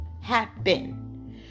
happen